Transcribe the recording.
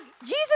Jesus